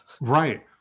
right